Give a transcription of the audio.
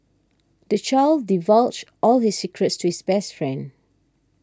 the child divulged all his secrets to his best friend